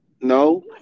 No